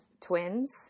twins